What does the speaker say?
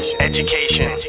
education